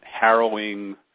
harrowing